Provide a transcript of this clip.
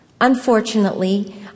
Unfortunately